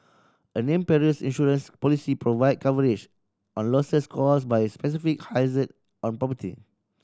a named perils insurance policy provide coverage on losses caused by specific hazard on property